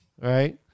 Right